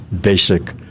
basic